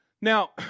Now